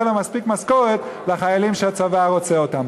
יהיו לה מספיק משכורות לחיילים שהצבא רוצה אותם.